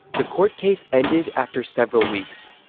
the court case ended after several weeks,